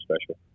special